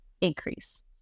increase